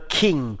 king